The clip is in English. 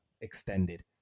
extended